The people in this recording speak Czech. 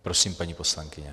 Prosím, paní poslankyně.